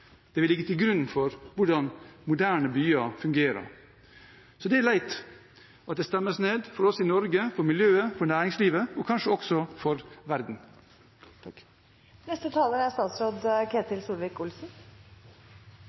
Det vil ligge til grunn for hvordan moderne byer fungerer. Så det er leit at forslagene stemmes ned – for oss i Norge, for miljøet, for næringslivet og kanskje også for verden.